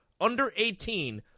Under-18